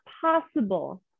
possible